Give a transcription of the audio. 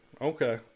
okay